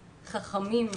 חכמים,